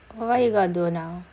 what are you gonna do now